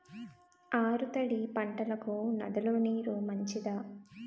ఆరు తడి పంటలకు నదుల నీరు మంచిదా?